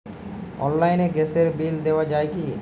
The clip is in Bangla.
অনলাইনে গ্যাসের বিল দেওয়া যায় কি?